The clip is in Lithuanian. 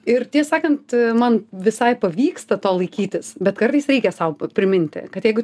ir tie sakant man visai pavyksta to laikytis bet kartais reikia sau priminti kad jeigu